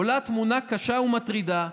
עולה תמונה קשה ומטרידה,